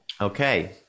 Okay